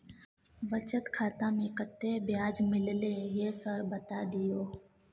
बचत खाता में कत्ते ब्याज मिलले ये सर बता दियो?